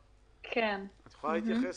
את יכולה להתייחס